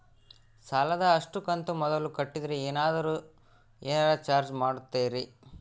ಸಾಲದ ಅಷ್ಟು ಕಂತು ಮೊದಲ ಕಟ್ಟಿದ್ರ ಏನಾದರೂ ಏನರ ಚಾರ್ಜ್ ಮಾಡುತ್ತೇರಿ?